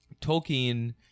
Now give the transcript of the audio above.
Tolkien